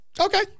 Okay